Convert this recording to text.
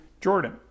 Jordan